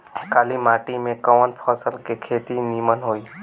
काली माटी में कवन फसल के खेती नीमन होई?